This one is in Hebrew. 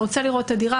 אתה רוצה לראות את הדירה?